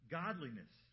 godliness